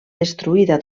destruïda